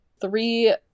three